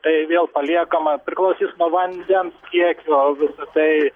tai vėl paliekama priklausys nuo vandens kiekio visa tai